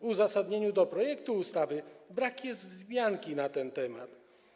W uzasadnieniu projektu ustawy brak jest wzmianki na ten temat.